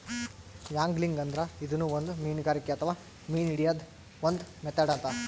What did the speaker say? angling ಅಂದ್ರ ಇದೂನು ಒಂದ್ ಮೀನ್ಗಾರಿಕೆ ಅಥವಾ ಮೀನ್ ಹಿಡ್ಯದ್ದ್ ಒಂದ್ ಮೆಥಡ್ ಅದಾ